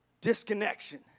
disconnection